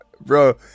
Bro